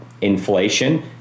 inflation